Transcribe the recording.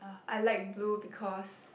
I like blue because